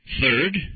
Third